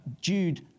Jude